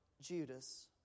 Judas